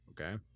Okay